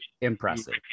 impressive